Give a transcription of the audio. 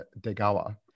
Degawa